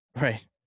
Right